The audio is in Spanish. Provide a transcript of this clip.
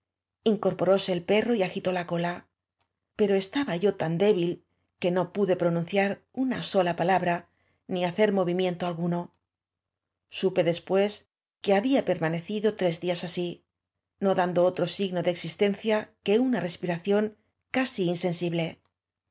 iocorporóse el perro y agitó la cola pero estaba yo tan débil que no pude pro nunciar una sola palabra ni hacer moviruiento alguno supe después que habfa permanecido tres días a s í no dando otro signo de existencia que una respiración casi insensible